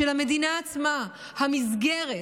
של המדינה עצמה, המסגרת